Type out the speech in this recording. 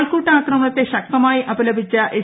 ആൾക്കൂട്ട ആക്രമണത്തെ ശ്രീക്തമായി അപലപിച്ച എസ്